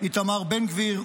איתמר בן גביר,